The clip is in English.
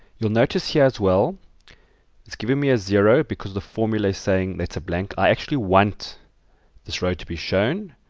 you'll notice here as well it is giving me a zero because the formula is saying that is a blank i actually want this row to be shown,